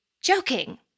joking